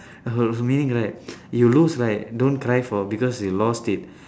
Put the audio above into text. meaning right you lose right don't cry for it because you lost it